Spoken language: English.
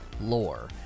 lore